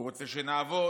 הוא רוצה שנעבוד,